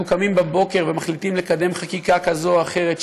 קמים בבוקר ומחליטים לקדם חקיקה כזו או אחרת,